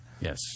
Yes